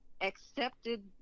accepted